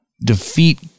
defeat